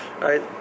Right